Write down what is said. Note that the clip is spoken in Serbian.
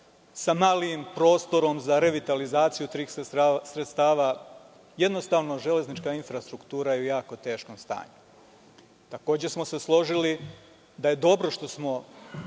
sa malim prostorom za revitalizaciju tih sredstava. Jednostavno, železnička infrastruktura je u jako teškom stanju. Takođe smo se složili da je dobro što smo